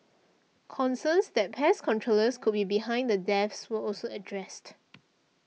concerns that pest controllers could be behind the deaths were also addressed